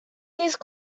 these